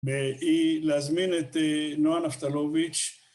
היא להזמין את נועה נפתלוביץ'.